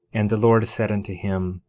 and the lord said unto him